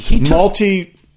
multi